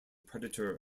predator